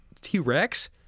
T-Rex